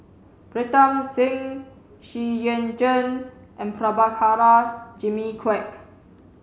Pritam Singh Xu Yuan Zhen and Prabhakara Jimmy Quek